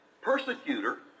persecutor